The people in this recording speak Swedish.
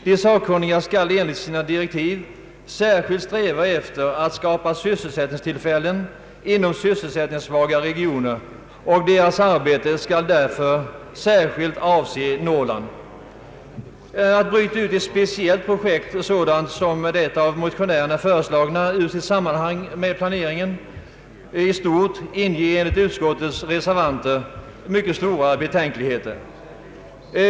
De sakkunniga skall enligt sina direktiv särskilt sträva efter att skapa sysselsättningstillfällen inom sysselsättningssvaga regioner, och deras arbete skall därför särskilt avse Norrland. Att bryta ut ett speciellt projekt, som det av motionärerna föreslagna, ur sitt sammanhang med planeringen i stort inger utskottets reservanter mycket stora betänkligheter.